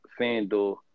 FanDuel